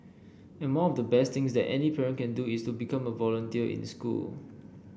and more of the best that any parent can do is to become a volunteer in school